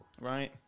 Right